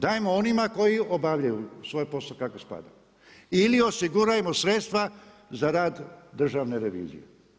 Dajmo onima koji obavljaju svoj posao kako spada ili osigurajmo sredstva za rad Državne revizije.